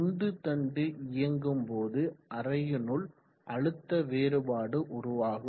உந்து தண்டு இயங்கும் போது அறையினுள் அழுத்த வேறுபாடு உருவாகும்